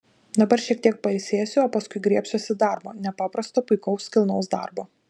dabar šiek tiek pailsėsiu o paskui griebsiuosi darbo nepaprasto puikaus kilnaus darbo